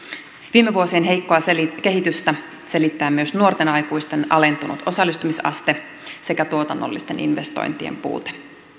viime vuosien heikkoa kehitystä selittää myös nuorten aikuisten alentunut osallistumisaste sekä tuotannollisten investointien puute